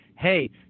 hey